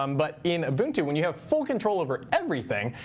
um but in ubuntu, when you have full control over everything,